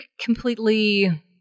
completely